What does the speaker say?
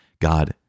God